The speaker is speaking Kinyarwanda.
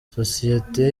sosiyete